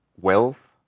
wealth